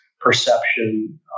perception